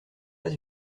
pas